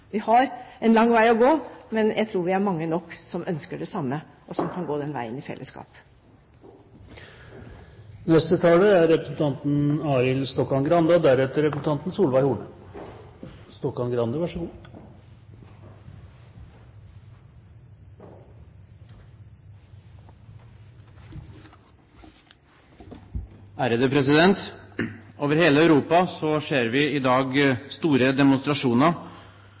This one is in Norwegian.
Vi har en lang vei å gå, men jeg tror vi er mange nok som ønsker det samme og som kan gå den veien i fellesskap. Over hele Europa ser vi i dag store demonstrasjoner. Folk frykter for sin framtid, for sin jobb. Mange har fått knust sine framtidsdrømmer. I Norge ser vi